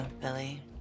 Billy